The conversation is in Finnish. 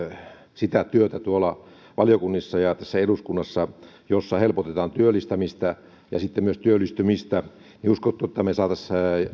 tuolla valiokunnissa ja tässä eduskunnassa sitä työtä jossa helpotetaan työllistämistä ja myös työllistymistä niin uskotteko että me saisimme